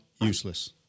useless